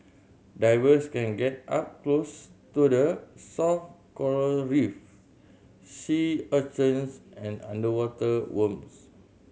divers can get up close to the soft coral reef sea urchins and underwater worms